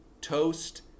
toast